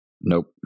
Nope